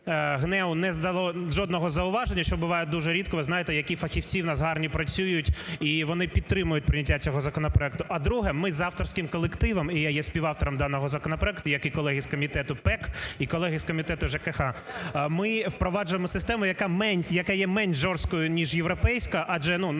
ГНЕУ не дало жодного зауваження, що буває дуже рідко, ви знаєте, які фахівці в нас гарні працюють і вони підтримують прийняття цього законопроекту. А друге, ми з авторським колективом, і я є співавтором даного законопроекту, як колеги з Комітету ПЕК і колеги з Комітету ЖКГ, ми впроваджуємо систему, яка є менш жорсткою, ніж європейська, адже наші